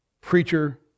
preacher